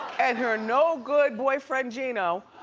and her no-good boyfriend, geno.